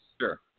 sure